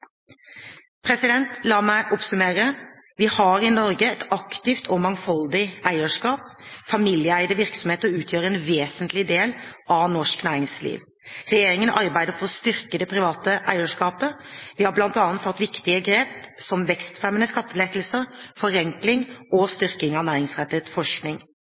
La meg oppsummere: Vi har i Norge et aktivt og mangfoldig eierskap. Familieeide virksomheter utgjør en vesentlig del av norsk næringsliv. Regjeringen arbeider for å styrke det private eierskapet. Vi har bl.a. tatt viktige grep, som vekstfremmende skattelettelser, forenkling og styrking av næringsrettet forskning.